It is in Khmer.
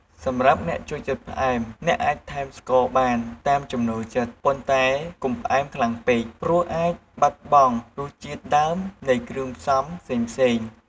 សម្រាប់អ្នកចូលចិត្តផ្អែម អ្នកអាចថែមស្ករសបានតាមចំណូលចិត្ត ប៉ុន្តែកុំផ្អែមខ្លាំងពេក ព្រោះអាចបាត់បង់រសជាតិដើមនៃគ្រឿងផ្សំផ្សេងៗ។